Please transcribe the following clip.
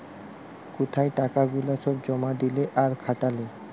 কোথায় টাকা গুলা সব জমা দিলে আর খাটালে